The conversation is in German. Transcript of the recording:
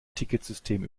ticketsystem